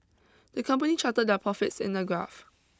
the company charted their profits in a graph